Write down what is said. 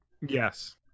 yes